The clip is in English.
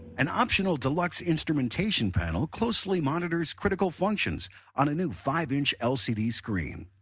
an optional deluxe instrumentation panel closely monitors critical functions on a new five inch lcd screen,